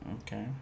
Okay